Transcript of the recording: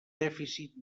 dèficit